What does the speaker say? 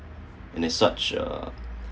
and it such uh